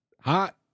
Hot